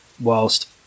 whilst